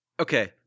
Okay